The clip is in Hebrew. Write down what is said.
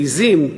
גז זה עזים.